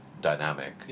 dynamic